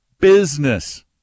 business